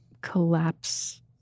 collapse